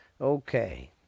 Okay